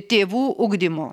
tėvų ugdymo